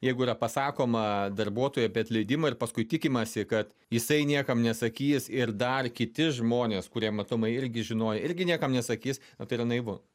jeigu yra pasakoma darbuotojui apie atleidimą ir paskui tikimasi kad jisai niekam nesakys ir dar kiti žmonės kurie matomai irgi žinojo irgi niekam nesakys na tai yra naivu